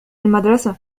المدرسة